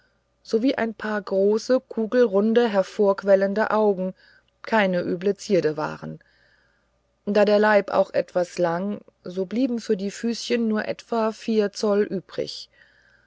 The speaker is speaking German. sowie ein paar große kugelrund hervorquellende augen keine üble zierde waren da der leib auch etwas lang so blieben für die füßchen nur etwa vier zoll übrig